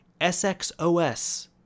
SXOS